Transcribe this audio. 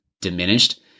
diminished